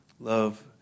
love